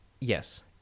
Yes